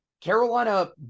Carolina